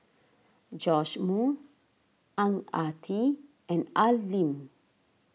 Joash Moo Ang Ah Tee and Al Lim